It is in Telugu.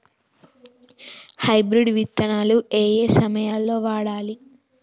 హైబ్రిడ్ విత్తనాలు ఏయే సమయాల్లో వాడాలి?